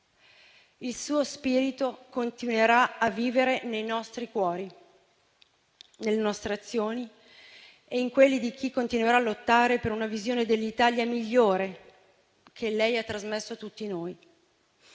Il suo spirito continuerà a vivere nei nostri cuori, nelle nostre azioni e in quelli di chi continuerà a lottare per una visione dell'Italia migliore, che lei ha trasmesso a tutti noi.